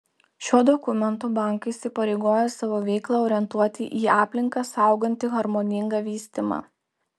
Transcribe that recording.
šiuo dokumentu bankai įsipareigojo savo veiklą orientuoti į aplinką saugantį harmoningą vystymą